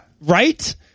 Right